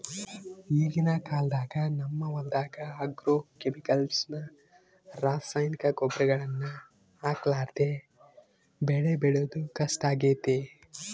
ಈಗಿನ ಕಾಲದಾಗ ನಮ್ಮ ಹೊಲದಗ ಆಗ್ರೋಕೆಮಿಕಲ್ಸ್ ನ ರಾಸಾಯನಿಕ ಗೊಬ್ಬರಗಳನ್ನ ಹಾಕರ್ಲಾದೆ ಬೆಳೆ ಬೆಳೆದು ಕಷ್ಟಾಗೆತೆ